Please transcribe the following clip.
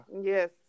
Yes